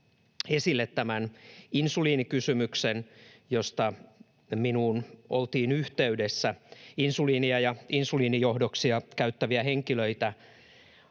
esille insuliinikysymyksen, josta minuun oltiin yhteydessä. Insuliinia ja insuliinijohdoksia käyttäviä henkilöitä